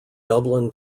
dublin